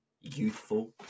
youthful